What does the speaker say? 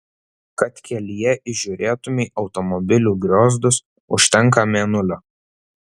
kad kelyje įžiūrėtumei automobilių griozdus užtenka mėnulio